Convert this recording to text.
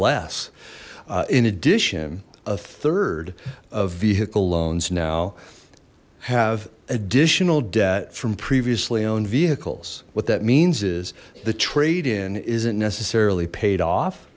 less in addition a third of vehicle loans now have additional debt from previously owned vehicles what that means is the trade in isn't necessarily paid off